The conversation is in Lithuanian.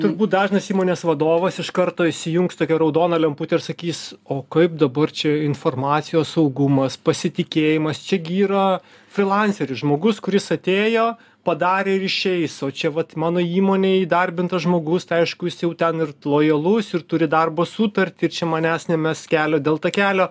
turbūt dažnas įmonės vadovas iš karto įsijungs tokią raudoną lemputę ir sakys o kaip dabar čia informacijos saugumas pasitikėjimas čia gi yra frilanseris žmogus kuris atėjo padarė ir išeis o čia vat mano įmonėj įdarbintas žmogus tai aišku jis jau ten ir lojalus ir turi darbo sutartį ir čia manęs nemes kelio dėl takelio